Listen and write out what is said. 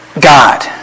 God